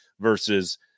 versus